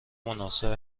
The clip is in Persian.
مناسب